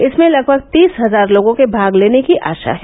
इसमें लगभग तीस हजार लोगों के भाग लेने की आशा है